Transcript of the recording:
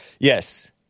Yes